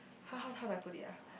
how how how do I put it ah